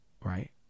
right